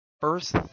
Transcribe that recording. First